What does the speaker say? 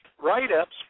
write-ups